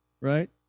Right